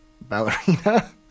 ballerina